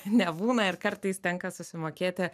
nebūna ir kartais tenka susimokėti